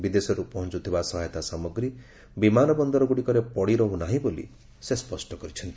ବିଦେଶରୁ ପହଚୁଥିବା ସହାୟତା ସାମଗ୍ରୀ ବିମାନବନ୍ଦରଗୁଡିକରେ ପଡି ରହୁନାହିଁ ବୋଲି ସେ ସ୍ୱଷ୍ଟ କରିଛନ୍ତି